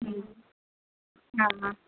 ہوں ہاں ہاں